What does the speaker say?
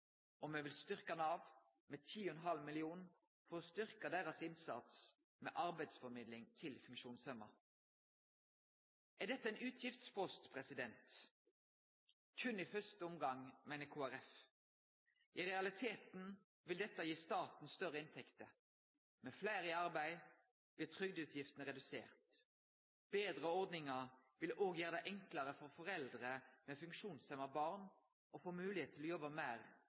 og me vil styrke Nav med 10,5 mill. kr, for å styrke deira innsats med arbeidsformidling til funksjonshemma. Er dette ein utgiftspost? Berre i første omgang, meiner Kristeleg Folkeparti. I realiteten vil dette gi staten større inntekter. Med fleire i arbeid blir trygdeutgiftene reduserte. Betre ordningar vil òg gjere det enklare for foreldre med funksjonshemma barn å få moglegheit til å jobbe